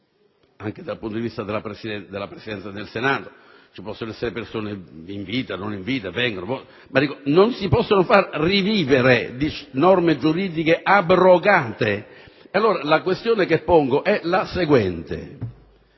anche dal punto di vista della Presidenza del Senato - ci possono essere persone in vita, non in vita - ma non si possono far rivivere norme giuridiche abrogate. Le questioni che allora pongo sono le seguenti.